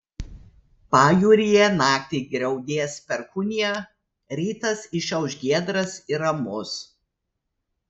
pajūryje naktį griaudės perkūnija rytas išauš giedras ir ramus